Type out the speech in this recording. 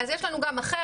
אז יש לנו גם אחר,